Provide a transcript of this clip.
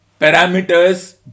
parameters